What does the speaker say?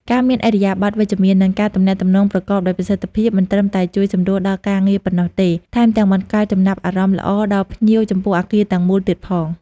ការមានឥរិយាបថវិជ្ជមាន និងការទំនាក់ទំនងប្រកបដោយប្រសិទ្ធភាព មិនត្រឹមតែជួយសម្រួលដល់ការងារប៉ុណ្ណោះទេ ថែមទាំងបង្កើតចំណាប់អារម្មណ៍ល្អដល់ភ្ញៀវចំពោះអគារទាំងមូលទៀតផង។